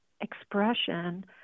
expression